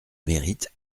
mérite